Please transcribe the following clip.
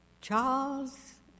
Charles